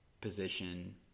position